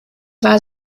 war